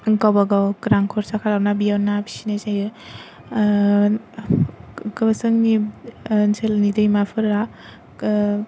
गावबा गाव रां खरसा खालामना बेयाव ना फिसिनाय जायो जोंनि ओनसोलनि दैमाफोरा